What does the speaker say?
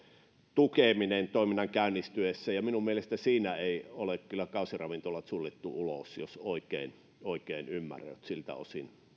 tukeminen toiminnan käynnistyessä ja minun mielestäni siinä ei ole kyllä kausiravintoloita suljettu ulos jos oikein oikein ymmärrän eli